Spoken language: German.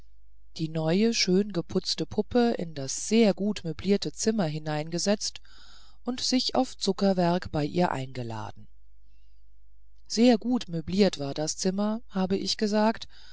die neue schön geputzte puppe in das sehr gut möblierte zimmer hineingesetzt und sich auf zuckerwerk bei ihr eingeladen sehr gut möbliert war das zimmer habe ich gesagt